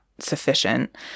sufficient